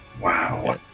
wow